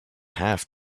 have